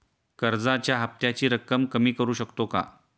कर्जाच्या हफ्त्याची रक्कम कमी करू शकतो का?